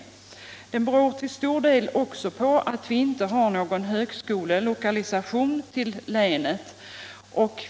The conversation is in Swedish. Ungdomsarbetslösheten beror till stor del också på att vi inte har någon högskola lokaliserad till länet.